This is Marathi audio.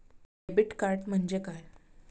डेबिट कार्ड म्हणजे काय?